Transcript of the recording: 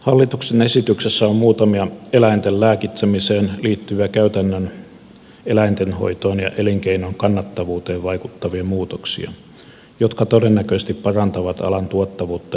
hallituksen esityksessä on muutamia eläinten lääkitsemiseen liittyviä käytännön eläintenhoitoon ja elinkeinon kannattavuuteen vaikuttavia muutoksia jotka todennäköisesti parantavat alan tuottavuutta ja kannattavuutta